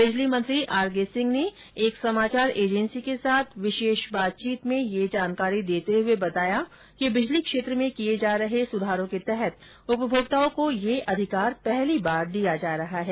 बिजली मंत्री आर के सिंह ने एक समाचार एजेंसी के साथ विशेष बातचीत में ये जानकारी देते हुए बताया कि बिजली क्षेत्र में किये जा रहे सुधारों के तहत उपभोक्ताओं को यह अधिकार पहली बार दिया जा रहा है